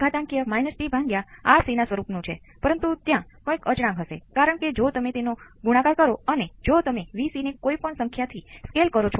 સર્કિટનો ઓર્ડર બીજું કંઈ નથી વિભેદક સમીકરણનો ઓર્ડર જે સર્કિટને સંચાલિત કરે છે